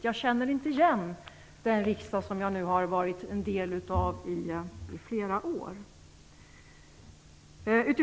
Jag känner inte igen den riksdag som jag har varit del av under flera år.